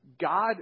God